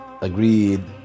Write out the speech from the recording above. agreed